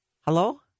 Hello